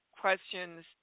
questions